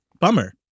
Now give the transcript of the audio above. bummer